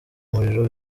umuriro